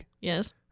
Yes